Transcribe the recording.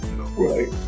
Right